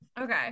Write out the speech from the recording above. Okay